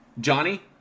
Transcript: Johnny